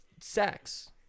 Sex